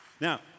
Now